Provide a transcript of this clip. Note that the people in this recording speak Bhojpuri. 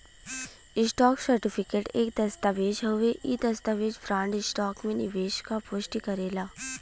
स्टॉक सर्टिफिकेट एक दस्तावेज़ हउवे इ दस्तावेज बॉन्ड, स्टॉक में निवेश क पुष्टि करेला